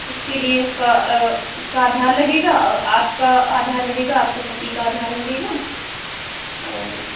इसके लिए उसका उसका आधार लगेगा और आपका आधार लगेगा आपके पति का आधार लगेगा और